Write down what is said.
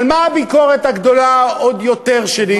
אבל מה הביקורת הגדולה עוד יותר שלי,